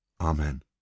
Amen